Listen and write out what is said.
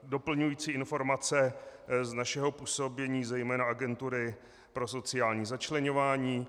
Doplňující informace z našeho působení, zejména Agentury pro sociální začleňování.